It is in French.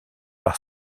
par